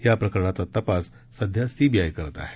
या प्रकरणाचा तपास सध्या सी बी आय करत आहे